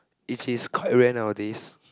E_Ts quite rare nowadays